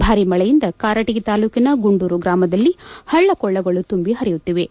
ಭಾಲಿ ಮಳೆಯಿಂದ ಕಾರಟಗಿ ತಾಲೂಕಿನ ಗುಂಡೂರು ಗ್ರಾಮದಲ್ಲ ಹಳ್ಳಕೊಳ್ಳಗಳು ಹುಂಚ ಹಲಿಯುತ್ತಿವೆ